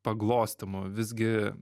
paglostymu visgi